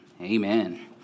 Amen